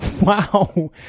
wow